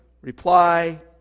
reply